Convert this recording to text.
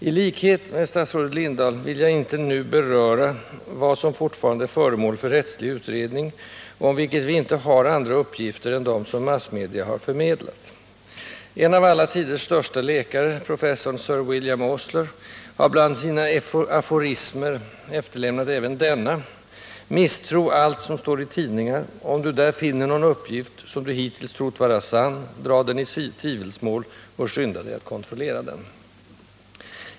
Iikhet med statsrådet Lindahl vill jag inte nu beröra vad som fortfarande är föremål för rättslig utredning och om vilket vi inte har andra uppgifter än dem som massmedia har förmedlat. En av alla tiders största läkare, professorn Sir William Osler, har bland sina aforismer efterlämnat även denna: Misstro allt som står i tidningen. Om du där finner någon uppgift, som du hittills trott vara sann, dra den i tvivelsmål och skynda dig att kontrollera den.